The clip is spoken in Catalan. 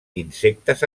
insectes